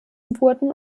wurden